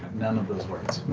none of those words.